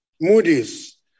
Moody's